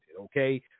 okay